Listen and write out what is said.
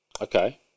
Okay